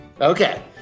Okay